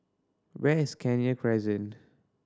where is Kenya Crescent